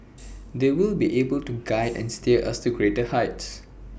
they will be able to guide and steer us to greater heights